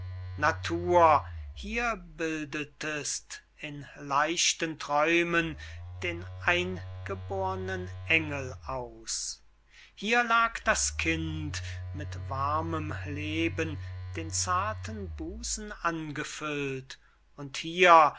natur hier bildetest in leichten träumen den eingebornen engel aus hier lag das kind mit warmem leben den zarten busen angefüllt und hier